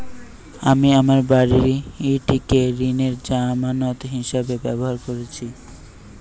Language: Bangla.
আমি আমার বাড়িটিকে ঋণের জামানত হিসাবে ব্যবহার করেছি